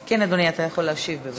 אדוני, אתה יכול להשיב, בבקשה.